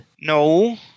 No